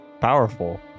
powerful